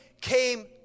came